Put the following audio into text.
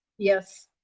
yes.